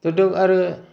जदु आरो